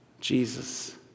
Jesus